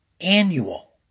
annual